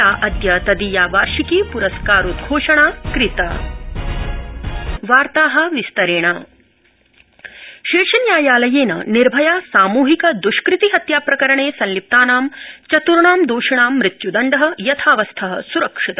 या अद्य तदीया वार्षिकी प्रस्कासंस्थ अकादमी शीर्षन्यायातय शीर्षन्यायालयेन निर्भया सामूहिक द्ष्कृति हत्या प्रकरणे संलिप्तानां चत्र्णा दोषिणां मृत्य्दण्ड यथावस्थ सुरक्षित